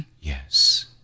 Yes